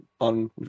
on